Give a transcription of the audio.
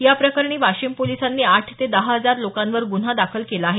याप्रकरणी वाशिम पोलिसांनी आठ ते दहा हजार लोकांवर गुन्हा दाखल केला आहे